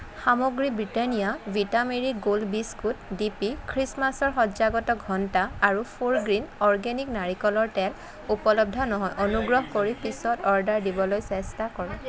সামগ্ৰী Britannia vita Marie gold biscuit DP খ্ৰীষ্টমাছৰ সজ্জাগত ঘণ্টা আৰু ফ'ৰ গ্ৰীণ অৰ্গেনিক নাৰিকলৰ তেল উপলব্ধ নহয় অনুগ্ৰহ কৰি পিছত অৰ্ডাৰ দিবলৈ চেষ্টা কৰক